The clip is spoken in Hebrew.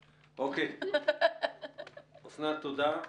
אסנת, תודה.